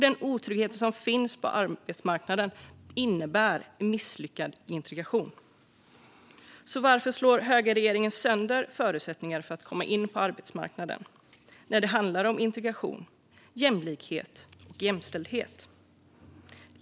Den otrygghet som finns på arbetsmarknaden innebär en misslyckad integration. Så varför slår högerregeringen sönder förutsättningarna för att komma in på arbetsmarknaden, när det handlar om integration, jämlikhet och jämställdhet?